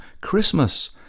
Christmas